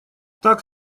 так